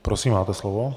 Prosím, máte slovo.